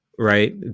Right